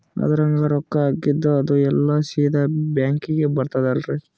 ಅದ್ರಗ ರೊಕ್ಕ ಹಾಕಿದ್ದು ಅದು ಎಲ್ಲಾ ಸೀದಾ ಬ್ಯಾಂಕಿಗಿ ಬರ್ತದಲ್ರಿ?